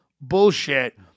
bullshit